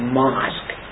mosque